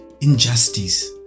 injustice